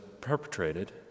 perpetrated